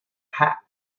hat